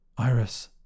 Iris